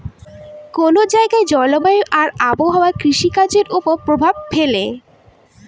কোন জায়গার জলবায়ু আর আবহাওয়া কৃষিকাজের উপর প্রভাব ফেলে